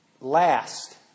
last